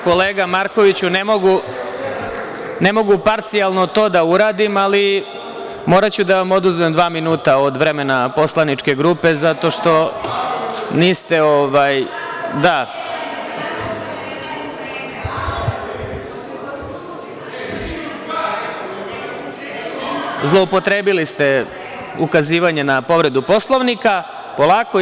Kolega Markoviću, ne mogu parcijalno to da uradim, ali moraću da vam oduzmem dva minuta od vremena poslaničke grupe, zato što ste zloupotrebili ukazivanje na povredu Poslovnika. (Vjerica Radeta: Kako kad nemaju vreme?) Polako.